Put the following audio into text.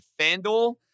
FanDuel